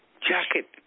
jacket